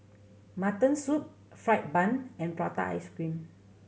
mutton soup fried bun and prata ice cream